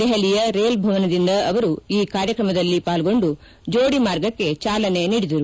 ದೆಹಲಿಯ ರೇಲ್ ಭವನದಿಂದ ಅವರು ಈ ಕಾರ್ಯಕ್ರಮದಲ್ಲಿ ಪಾಲ್ಗೊಂಡು ಜೋಡಿ ಮಾರ್ಗಕ್ಷೆ ಚಾಲನೆ ನೀಡಿದರು